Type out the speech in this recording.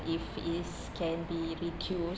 if is can be reduced